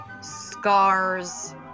Scar's